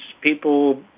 people